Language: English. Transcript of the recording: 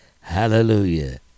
Hallelujah